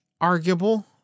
arguable